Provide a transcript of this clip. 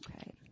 Okay